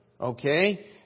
okay